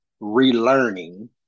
relearning